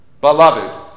Beloved